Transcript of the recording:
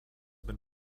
been